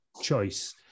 choice